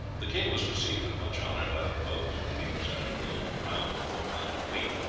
the king was received with much honour by the pope, to whom he presented a gold crown of four pounds weight,